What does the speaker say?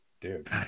dude